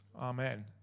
Amen